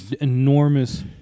enormous